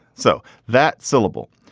so that syllable.